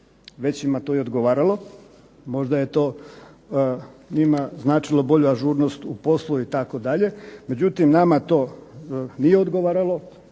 većima to i odgovaralo. Možda je to njima značilo bolju ažurnost u poslu itd. međutim nama to nije odgovaralo.